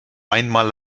einmal